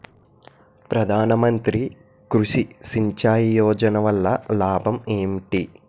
ప్రధాన మంత్రి కృషి సించాయి యోజన వల్ల లాభం ఏంటి?